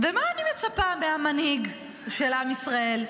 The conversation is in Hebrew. מה אני מצפה מהמנהיג של עם ישראל,